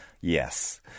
yes